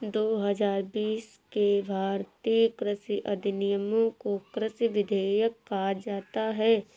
दो हजार बीस के भारतीय कृषि अधिनियमों को कृषि विधेयक कहा जाता है